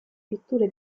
pitture